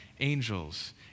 Angels